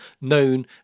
known